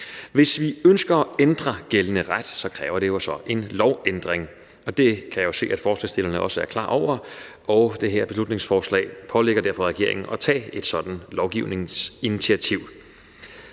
Hvis vi ønsker at ændre gældende ret, kræver det jo så en lovændring. Det kan jeg jo se at forslagsstillerne også er klar over. Det her beslutningsforslag pålægger derfor regeringen at tage et sådan lovgivningsinitiativ.